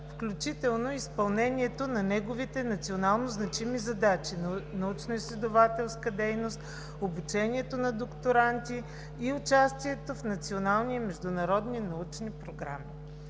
включително изпълнението на неговите национално значими задачи – научно-изследователска дейност, обучението на докторанти и участието в национални и международни научни програми.